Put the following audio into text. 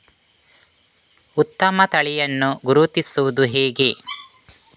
ಉತ್ತಮ ತಳಿಯನ್ನು ಗುರುತಿಸುವುದು ಹೇಗೆ?